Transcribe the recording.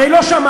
הרי לא שמעת.